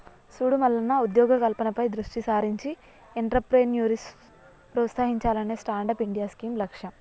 సూడు మల్లన్న ఉద్యోగ కల్పనపై దృష్టి సారించి ఎంట్రప్రేన్యూర్షిప్ ప్రోత్సహించాలనే స్టాండప్ ఇండియా స్కీం లక్ష్యం